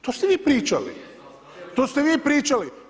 To ste vi pričali. ... [[Upadica: ne čuje se.]] To ste vi pričali.